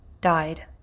died